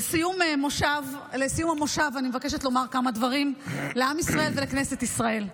לסיום המושב אני מבקשת לומר כמה דברים לעם ישראל ולכנסת ישראל.